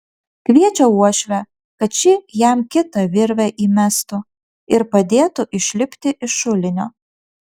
kviečia uošvę kad ši jam kitą virvę įmestų ir padėtų išlipti iš šulinio